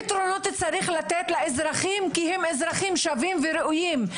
פתרונות צריך לתת לאזרחים על בסיס זה שהם אזרחים שווים וראויים.